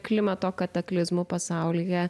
klimato kataklizmų pasaulyje